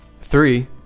three